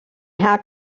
how